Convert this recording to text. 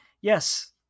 Yes